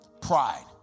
pride